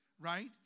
right